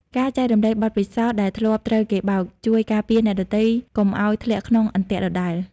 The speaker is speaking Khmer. ការចែករំលែកបទពិសោធន៍ដែលធ្លាប់ត្រូវគេបោក ជួយការពារអ្នកដទៃកុំឱ្យធ្លាក់ក្នុងអន្ទាក់ដដែល។